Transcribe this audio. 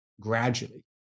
gradually